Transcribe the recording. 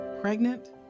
Pregnant